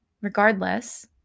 Regardless